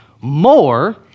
more